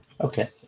Okay